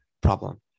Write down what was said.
problem